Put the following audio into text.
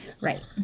Right